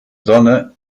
sonne